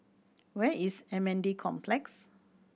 where is M N D Complex